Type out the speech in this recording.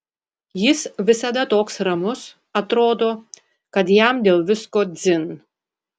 jis visada toks ramus atrodo kad jam dėl visko dzin